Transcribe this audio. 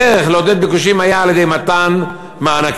הדרך לעודד ביקושים הייתה על-ידי מתן מענקים.